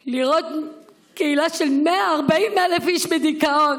לראות קהילה של 140,000 איש בדיכאון,